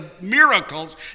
miracles